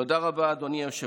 תודה רבה, אדוני היושב-ראש.